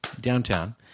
downtown